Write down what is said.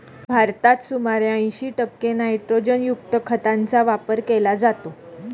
भारतात सुमारे ऐंशी टक्के नायट्रोजनयुक्त खतांचा वापर केला जातो